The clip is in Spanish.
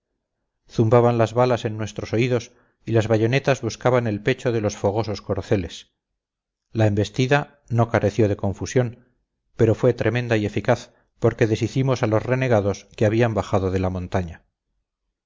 zumbaban las balas en nuestros oídos y las bayonetas buscaban el pecho de los fogosos corceles la embestida no careció de confusión pero fue tremenda y eficaz porque deshicimos a los renegados que habían bajado de la montaña